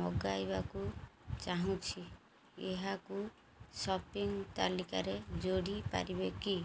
ମଗାଇବାକୁ ଚାହୁଁଛି ଏହାକୁ ସପିଂ ତାଲିକାରେ ଯୋଡ଼ି ପାରିବେ କି